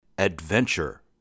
Adventure